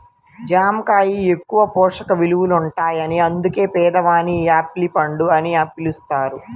జామ కాయ ఎక్కువ పోషక విలువలుంటాయని అందుకే పేదవాని యాపిల్ పండు అని పిలుస్తారు